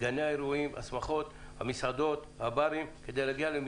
שניתנו בתנאים מועדפים, ולקבוע אותו לשלוש